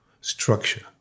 structure